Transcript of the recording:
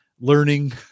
learning